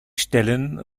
stellen